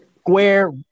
square